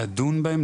לדון בהם,